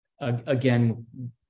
again